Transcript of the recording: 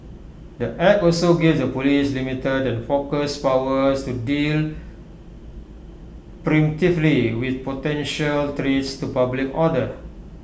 the act also gives the Police limited and focused powers to deal preemptively with potential threats to public order